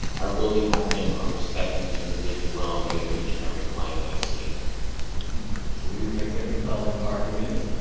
i really hone in on respecting the individuality of each and every client i see luis makes a compelling argument.